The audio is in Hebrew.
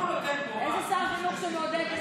איזה חינוך הוא נותן פה?